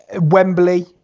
Wembley